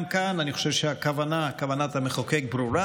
גם כאן אני חושב שכוונת המחוקק ברורה.